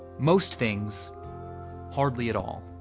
most things hardly at all.